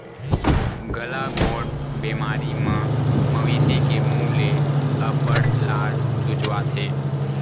गलाघोंट बेमारी म मवेशी के मूह ले अब्बड़ लार चुचवाथे